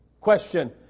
Question